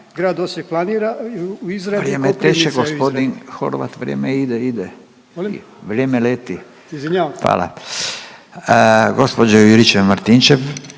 Hvala,